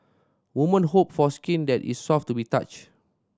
woman hope for skin that is soft to be touch